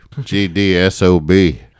G-D-S-O-B